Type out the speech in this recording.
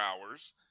hours